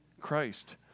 Christ